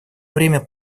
время